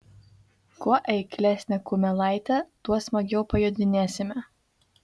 kuo eiklesnė kumelaitė tuo smagiau pajodinėsime